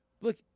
Look